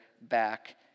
back